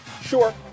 Sure